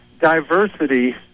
diversity